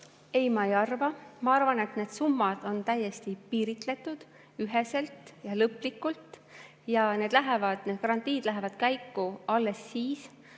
Ei, ma ei arva seda. Ma arvan, et need summad on täiesti piiritletud, üheselt ja lõplikult, ja need garantiid lähevad käiku alles siis,